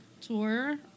tour